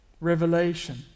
revelation